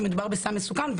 שמדובר בסם מסוכן,